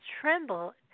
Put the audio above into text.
tremble